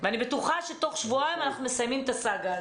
אני בטוחה שבתוך שבועיים מסיימים את הסאגה הזאת.